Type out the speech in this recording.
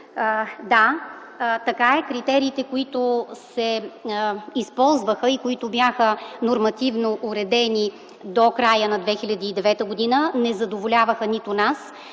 Да, така е, критериите, които се използваха и които бяха нормативно уредени до края на 2009 г., не задоволяваха нито нас,